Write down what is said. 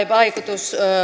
vaikutus